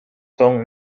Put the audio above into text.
son